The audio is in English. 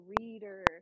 reader